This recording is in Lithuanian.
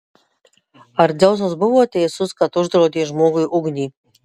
ar dzeusas buvo teisus kad uždraudė žmogui ugnį